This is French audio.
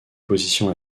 position